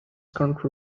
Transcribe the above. currently